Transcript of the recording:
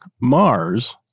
Mars